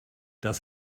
das